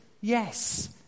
Yes